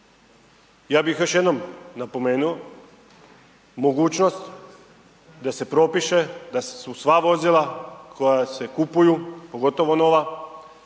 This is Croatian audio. ja bih još jednom napomenuo mogućnost da se propiše da su sva vozila koja se kupuju, pogotovo nova,